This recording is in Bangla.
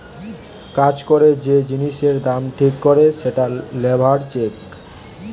কাজ করে যে জিনিসের দাম ঠিক করে সেটা লেবার চেক